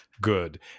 good